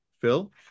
Phil